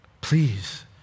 Please